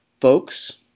folks